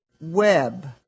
web